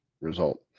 result